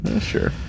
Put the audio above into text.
sure